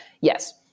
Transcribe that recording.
yes